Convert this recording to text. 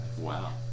Wow